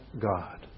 God